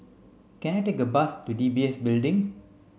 can I take a bus to D B S Building